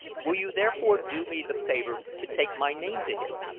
will you therefore do me the favor to take my name to him?